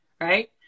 right